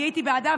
אני הייתי בעדה,